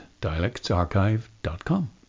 dialectsarchive.com